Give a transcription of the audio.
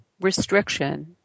restriction